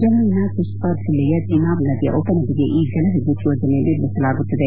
ಜಮ್ಮವಿನ ಕಿಶ್ವಾರ್ ಜಿಲ್ಲೆಯ ಚೆನಬ್ ನದಿಯ ಉಪನದಿಗೆ ಈ ಜಲವಿದ್ಲುತ್ ಯೋಜನೆಯನ್ನು ನಿರ್ಮಿಸಲಾಗುತ್ತಿದೆ